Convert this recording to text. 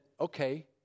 okay